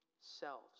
selves